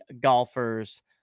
golfers